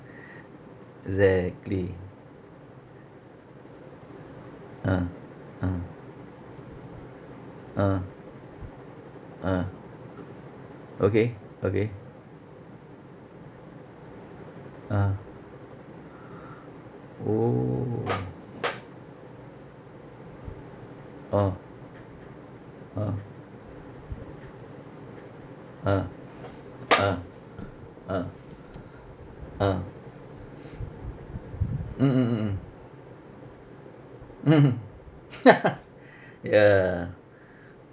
exactly ah ah ah ah okay okay ah orh ah ah ah ah ah ah mm mm mm mm mm mm ya